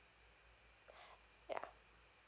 ya